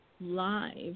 live